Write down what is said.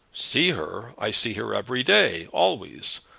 see her! i see her every day, always.